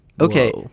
okay